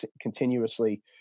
continuously